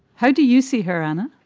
how do you see her, anna?